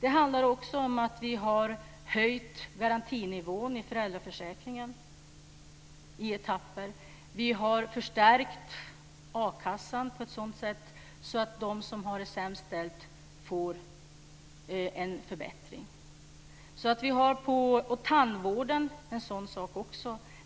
Vi har i etapper höjt garantinivån i föräldraförsäkringen. Vi har förstärkt a-kassan så att de som har det sämst ställt får en förbättring. Det gäller även tandvården.